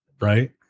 right